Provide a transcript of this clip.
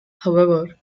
however